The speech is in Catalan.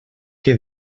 què